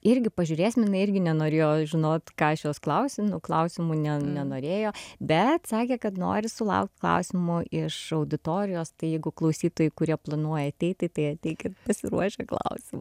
irgi pažiūrėsim jinai irgi nenorėjo žinot ką aš jos klausiu nu klausimų ne nenorėjo bet sakė kad nori sulaukt klausimo iš auditorijos tai jeigu klausytojai kurie planuoja ateiti tai ateikit pasiruošę klausimų